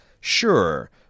sure